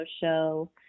show